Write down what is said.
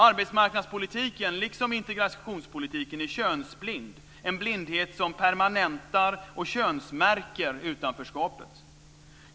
Arbetsmarknadspolitiken, liksom integrationspolitiken, är könsblind, en blindhet som permanentar och könsmärker utanförskapet.